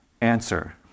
answer